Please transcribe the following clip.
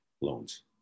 loans